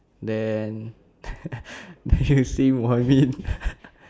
then then you see what I mean